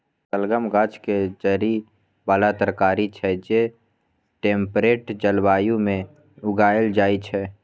शलगम गाछक जड़ि बला तरकारी छै जे टेम्परेट जलबायु मे उगाएल जाइ छै